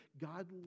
God